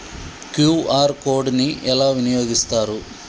QR code ని ఎలా వినియోగిస్తారు?